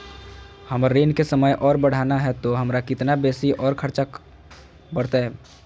हमर ऋण के समय और बढ़ाना है तो हमरा कितना बेसी और खर्चा बड़तैय?